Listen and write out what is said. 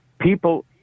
People